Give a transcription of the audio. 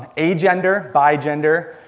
a gender, bi gender,